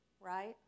right